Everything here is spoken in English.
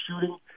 shooting